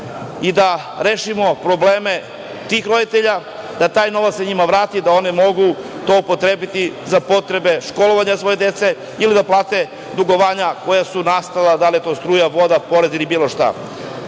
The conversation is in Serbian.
i da rešimo probleme tih roditelja, da se taj novac njima vrati, da oni mogu to upotrebiti za potrebe školovanja svoje dece ili da plate dugovanja koja su nastala, da li je to struja, voda, porez ili bilo